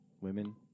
Women